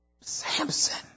Samson